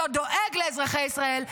לא דואג לאזרחי ישראל.